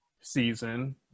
season